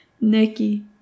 Nikki